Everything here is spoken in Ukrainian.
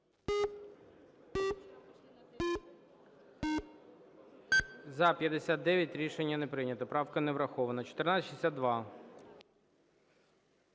За-58 Рішення не прийнято. Правка не врахована. 1497.